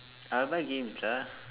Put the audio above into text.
I will buy games lah